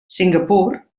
singapur